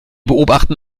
beobachten